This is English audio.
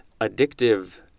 addictive